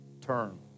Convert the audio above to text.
Turn